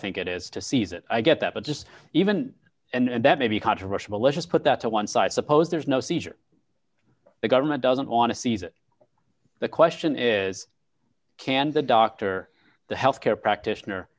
think it is to see that i get that but just even and that may be controversial but let's just put that to one side suppose there's no seizure the government doesn't want to seize it the question is can the doctor the health care practitioner